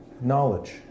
knowledge